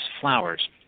flowers